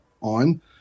on